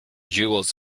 jewels